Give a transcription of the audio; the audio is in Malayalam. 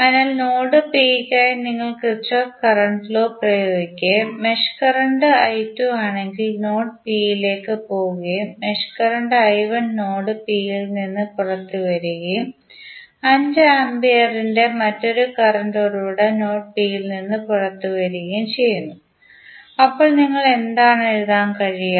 അതിനാൽ നോഡ് പി യ്ക്കായി നിങ്ങൾ കിർചോഫ് കറൻറ് ലോ പ്രയോഗിക്കുകയും മെഷ് കറന്റ് ആണെങ്കിൽ നോഡ് പിയിലേക്ക് പോകുകയും മെഷ് കറന്റ് നോഡ് പിയിൽ നിന്ന് പുറത്തുവരുകയും 5 ആമ്പിയറിന്റെ മറ്റൊരു കറന്റ് ഉറവിടം നോഡ് പിയിൽ നിന്ന് പുറത്തുവരുകയും ചെയ്യുന്നു അപ്പോൾ നിങ്ങൾക്ക് എന്താണ് എഴുതാൻ കഴിയുക